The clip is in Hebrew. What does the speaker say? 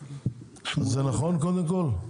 זה נכון, קודם כל?